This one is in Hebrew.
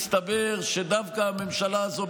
מסתבר שדווקא הממשלה הזו,